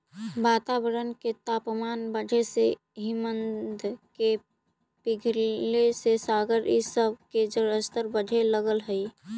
वातावरण के तापमान बढ़े से हिमनद के पिघले से सागर इ सब के जलस्तर बढ़े लगऽ हई